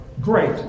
Great